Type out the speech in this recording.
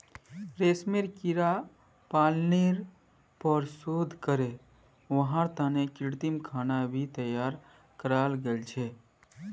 रेशमेर कीड़ा पालनेर पर शोध करे वहार तने कृत्रिम खाना भी तैयार कराल गेल छे